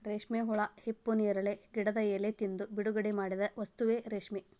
ರೇಶ್ಮೆ ಹುಳಾ ಹಿಪ್ಪುನೇರಳೆ ಗಿಡದ ಎಲಿ ತಿಂದು ಬಿಡುಗಡಿಮಾಡಿದ ವಸ್ತುವೇ ರೇಶ್ಮೆ